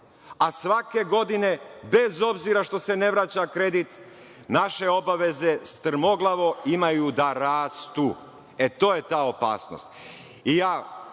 a svake godine, bez obzira što se ne vraća kredit, naše obaveze strmoglavo imaju da rastu. To je ta opasnost. Zadržavam